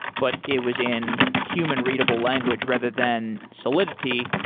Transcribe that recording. but it was in human readable language rather than solidity.